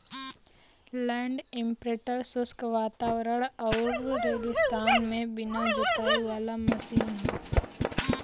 land imprinter शुष्क वातावरण आउर रेगिस्तान में बिना जोताई वाला मशीन हौ